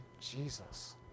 Jesus